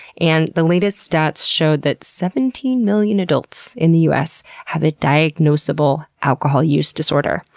and the latest stats show that seventeen million adults in the us have a diagnosable alcohol use disorder.